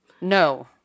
no